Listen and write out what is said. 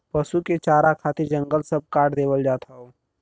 पसु के चारा खातिर जंगल सब काट देवल जात हौ